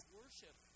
worship